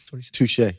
Touche